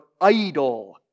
idle